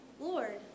Lord